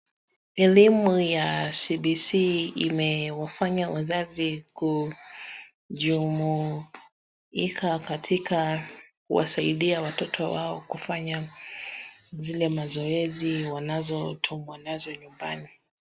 Elimu ya CBC imewafanya wazazi kujumuika katika kuwasaidia watoto wao kufanya zile mazoezi wanatumwa nazo nyumbani.